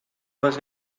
was